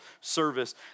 service